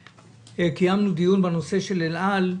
קיימנו דיון בנושא של אל-על,